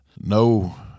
No